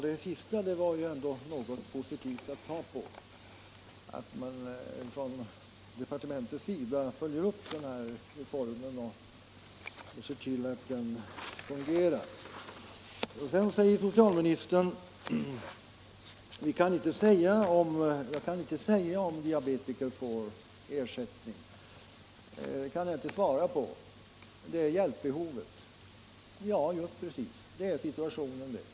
Herr talman! Det sista beskedet, att departementet följer upp reformen och ser till att den fungerar, var ändå något positivt att ta på. Socialministern säger att han inte kan svara på frågan om diabetiker Nr 126 får ersättning. Det är en fråga om hjälpbehovet. — Torsdagen den Ja, just precis, det är den situationen som råder.